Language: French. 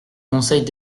conseils